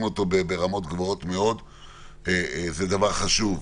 אותו ברמות גבוהות מאוד וזה דבר חשוב.